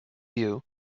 you